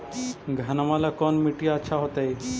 घनमा ला कौन मिट्टियां अच्छा होतई?